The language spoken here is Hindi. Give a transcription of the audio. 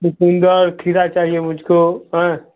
चुकुंदर खीरा चाहिए मुझको अँ